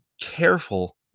careful